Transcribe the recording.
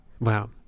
Wow